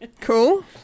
Cool